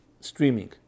Streaming